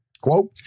Quote